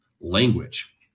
language